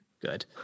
good